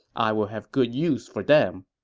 i will have good use for them.